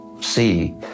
see